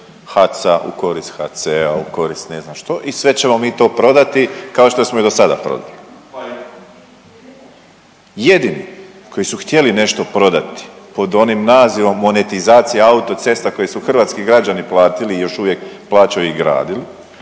HAC-a, u korist HC-a, u korist ne znam što i sve ćemo mi to prodali kao što smo i do sada prodali. .../Upadica se ne čuje./... Jedini koji su htjeli nešto prodati pod onim nazivom monetizacije autocesta koje su hrvatski građani platili i još uvijek plaćaju i gradili